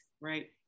Right